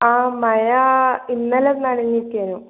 ആ മഴ ഇന്നലെ നനഞ്ഞിക്കേനു